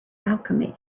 alchemy